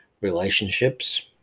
Relationships